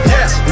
Yes